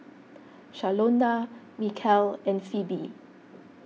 Shalonda Mikeal and Phoebe